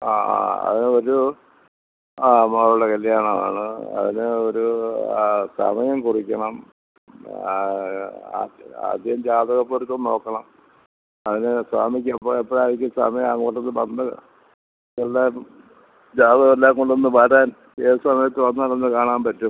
ആ ആ അതൊരു ആ മോളുടെ കല്ല്യാണമാണ് അതിന് ഒരു ആ സമയം കുറിക്കണം ആ ആദ്യം ആദ്യം ജാതകപ്പൊരുത്തം നോക്കണം അതിന് സ്വാമിക്ക് എപ്പോൾ എപ്പോഴായിരിക്കും സമയം അങ്ങോട്ടൊന്ന് വന്ന് എല്ലാതും ജാതകം എല്ലാം കൊണ്ടൊന്ന് വരാൻ ഏത് സമയത്ത് വന്നാലൊന്ന് കാണാൻ പറ്റും